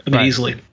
easily